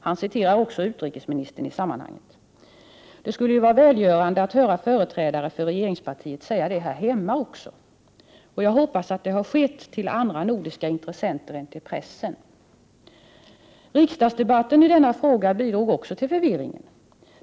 Han citerar också utrikesministern i det sammanhanget. — Det skulle vara välgörande att höra företrädare för regeringspartiet säga det här hemma också, och jag hoppas att sådana uttalanden har skett till andra nordiska intressenter än pressen. Riksdagsdebatten i denna fråga bidrog också till förvirringen.